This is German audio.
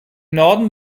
norden